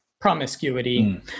promiscuity